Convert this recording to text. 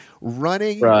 Running